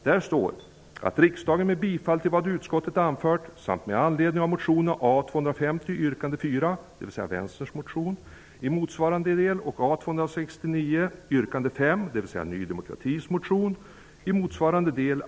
Där står:''att riksdagen med bifall till vad utskottet anfört samt med anledning av motionerna Herr talman!